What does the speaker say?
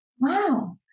Wow